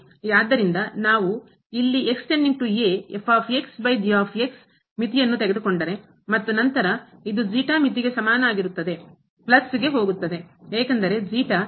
ಆದ್ದರಿಂದ ನಾವು ಇಲ್ಲಿ ಮಿತಿಯನ್ನು ತೆಗೆದುಕೊಂಡರೆ ಮತ್ತು ನಂತರ ಇದು ಮಿತಿಗೆ ಸಮನಾಗಿರುತ್ತದೆ ಪ್ಲಸ್ಗೆ ಹೋಗುತ್ತದೆ ಏಕೆಂದರೆ ಮಧ್ಯಂತರಕ್ಕೆ ಸೇರಿದೆ